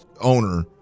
owner